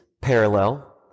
parallel